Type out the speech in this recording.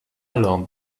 learned